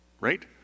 Right